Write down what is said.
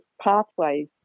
pathways